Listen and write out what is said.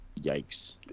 Yikes